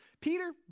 Peter